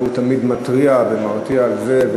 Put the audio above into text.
והוא תמיד מתריע ומרתיע על זה,